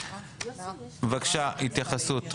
התייחסות.